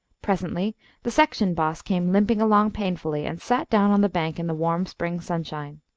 presently the section boss came limping along painfully, and sat down on the bank in the warm spring sunshine.